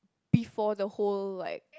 before the whole like